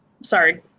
sorry